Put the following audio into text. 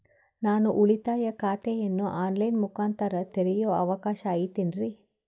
ನಾನು ಉಳಿತಾಯ ಖಾತೆಯನ್ನು ಆನ್ ಲೈನ್ ಮುಖಾಂತರ ತೆರಿಯೋ ಅವಕಾಶ ಐತೇನ್ರಿ?